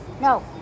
No